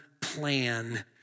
plan